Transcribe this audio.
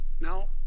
Now